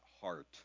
heart